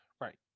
Right